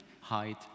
height